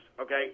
okay